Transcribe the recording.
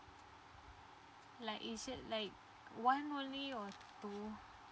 like is it like one only or two